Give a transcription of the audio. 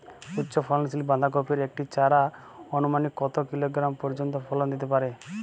উচ্চ ফলনশীল বাঁধাকপির একটি চারা আনুমানিক কত কিলোগ্রাম পর্যন্ত ফলন দিতে পারে?